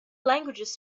languages